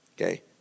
Okay